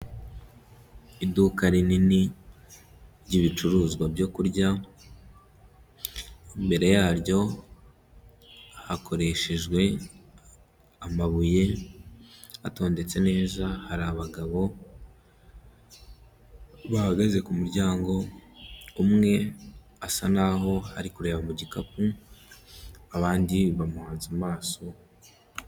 Iduka rinini ry'ibicuruzwa byo kurya, imbere yaryo hakoreshejwe amabuye atondetse neza, hari abagabo bahagaze ku muryango, umwe asa na ho ari kureba mu gikapu abandi bamuhanze amaso.